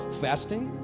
fasting